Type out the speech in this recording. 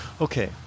Okay